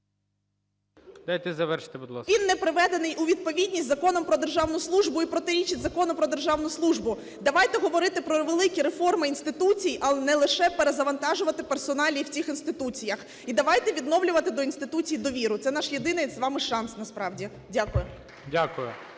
Дайте завершити, будь ласка. ШКРУМ А.І. …він не приведений у відповідність Закону "Про державну службу" і протирічить Закону "Про державну службу". Давайте говорити про великі реформи інституцій, а не лише перезавантажувати персоналії в цих інституціях. І давайте відновлювати до інституцій довіру, це наш єдиний з вам шанс насправді. Дякую.